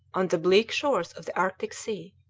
on the bleak shores of the arctic sea,